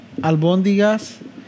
Albondigas